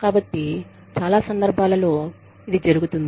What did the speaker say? కాబట్టి చాలా సందర్భాలలో ఇది జరుగుతుంది